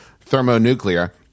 Thermonuclear